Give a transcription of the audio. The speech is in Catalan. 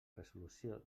resolució